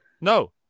no